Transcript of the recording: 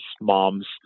moms